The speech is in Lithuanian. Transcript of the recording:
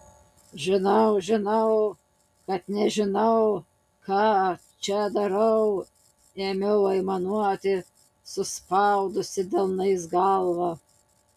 žinau žinau kad nežinau ką aš čia darau ėmiau aimanuoti suspaudusi delnais galvą